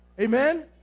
Amen